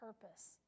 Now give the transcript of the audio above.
purpose